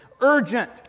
urgent